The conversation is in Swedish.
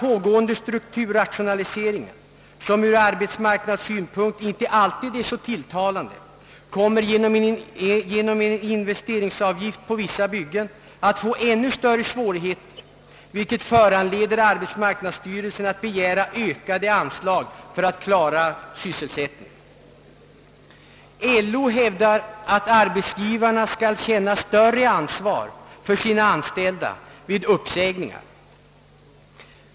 pågående strukturrationaliseringen, som från arbetsmarknadssynpunkt icke alltid är så tilltalande, kommer genom investeringsavgiften på vissa byggen att medföra ännu större svårigheter, vilket föranleder arbetsmarknadsstyrelsen att begära ökade anslag för, att klara sysselsättningen. LO hävdar att, arbetsgivarna skall känna större ansvar för sina anställda vid uppsägningar.